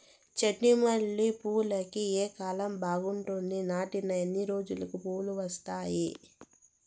చెండు మల్లె పూలుకి ఏ కాలం బావుంటుంది? నాటిన ఎన్ని రోజులకు పూలు వస్తాయి?